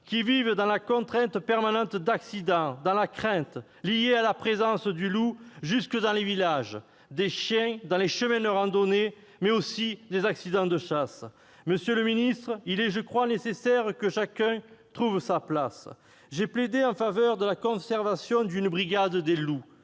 qui vivent dans la crainte permanente, non seulement d'accidents liés à la présence de loups jusque dans les villages et de chiens dans les chemins de randonnée, mais aussi d'accidents de chasse. Monsieur le ministre, il est nécessaire, à mes yeux, que chacun retrouve sa place. J'ai plaidé en faveur de la conservation d'une brigade loup